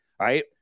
Right